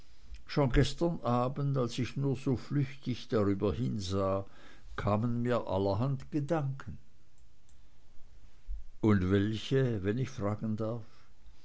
schon gestern abend als ich nur so flüchtig darüber hinsah kamen mir allerhand gedanken und welche wenn ich fragen darf